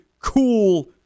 cool